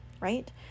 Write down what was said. right